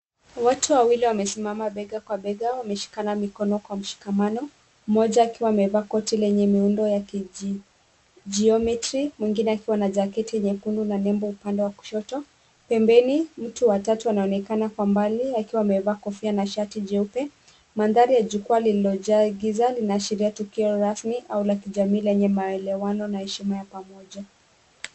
Wote wawili wamesimama bega kwa bega wameshikana mikono kwa mshikamano mmoja akiwa amevaa koti lenye miundo ya kijiometri , mwingine akiwa na jaketi nyekundu na nembo upande wa kushoto. Pembeni mtu wa tatu anaonekana kwa mbali akiwa amevaa kofia na shati jeupe. Mandhari ya jukwaa lililojaa giza linaashiria tukio rasmi au la kijamii lenye maelewano na heshima ya pamoja.